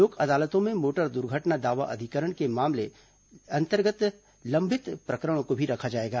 लोक अदालतों में मोटर द्र्घटना दावा अधिकरण के अंतर्गत लंबित प्रकरणों को भी रखा जाएगा